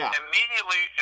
immediately